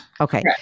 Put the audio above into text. Okay